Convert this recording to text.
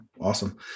awesome